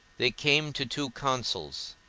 they came to two consuls